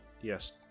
Yes